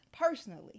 Personally